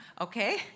okay